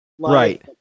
right